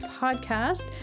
podcast